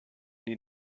die